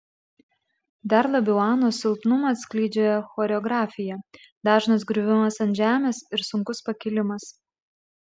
dar labiau anos silpnumą atskleidžia choreografija dažnas griuvimas ant žemės ir sunkus pakilimas